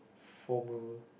formal